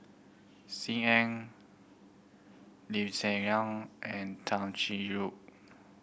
Sim Ann Lee Hsien Yang and Tay Chin Yoo